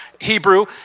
Hebrew